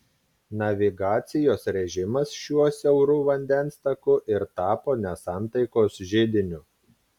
navigacijos režimas šiuo siauru vandens taku ir tapo nesantaikos židiniu